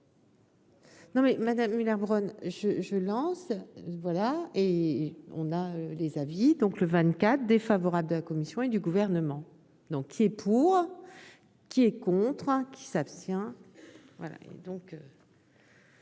Non mais Madame Müller Bronn je je lance voilà et on a les avis donc le vingt-quatre défavorable de la Commission et du gouvernement, donc qui est pour, qui est contrat qui s'abstient